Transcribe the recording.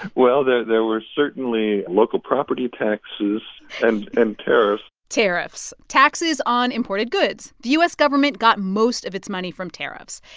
well, there there were certainly local property taxes and and tariffs tariffs taxes on imported goods. the u s. government got most of its money from tariffs.